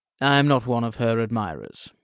i am not one of her admirers.